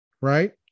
Right